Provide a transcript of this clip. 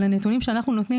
אבל הנתונים שאנחנו נותנים,